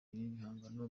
ibihangano